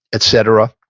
et cetera.